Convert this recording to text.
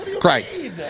Christ